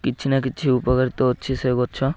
କିଛି ନା କିଛି ଉପକାରିତା ଅଛି ସେ ଗଛ